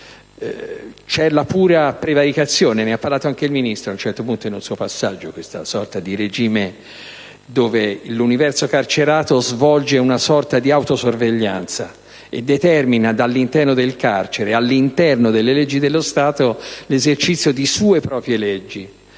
c'è la pura prevaricazione - ne ha parlato anche il Ministro in un passaggio - questa sorta di regime dove l'universo carcerato svolge una sorta di autosorveglianza e determina, dall'interno del carcere, all'interno delle leggi dello Stato, l'esercizio di sue proprie leggi,